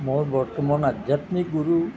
মোৰ বৰ্তমান আধ্যাত্মিক গুৰু